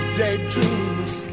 daydreams